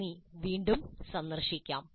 നന്ദി ഞങ്ങൾ വീണ്ടും സന്ദർശിക്കാം